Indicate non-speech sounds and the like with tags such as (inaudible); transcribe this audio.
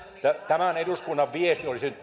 tämän eduskunnan viesti olisi nyt (unintelligible)